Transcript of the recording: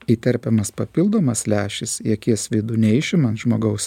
įterpiamas papildomas lęšis į akies vidų neišiman žmogaus